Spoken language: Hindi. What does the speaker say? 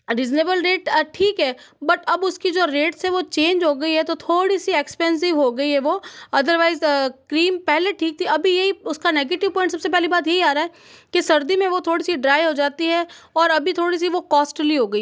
रीज़नेबल रेट ठीक है बट अब उसकी जो रेट्स हैं वो चेंज हो गई है तो थोड़ी सी एक्सपेंसिव हो गई है वो अदरवाइज़ क्रीम पहले ठीक थी अभी यही उसका नेगेटिव पॉइंट सबसे पहली बात ही आ रहा है कि सर्दी में वो थोड़ी सी ड्राई हो जाती है और अभी थोड़ी सी वो कॉस्टली हो गई